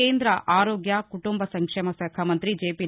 కేంద్ర ఆరోగ్య కుటుంబ సంక్షేమ శాఖ మంతి జెపి